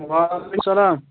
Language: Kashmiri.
وعلیکُم سَلام